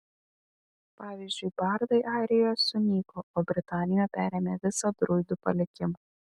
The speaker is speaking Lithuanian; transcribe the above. pavyzdžiui bardai airijoje sunyko o britanijoje perėmė visą druidų palikimą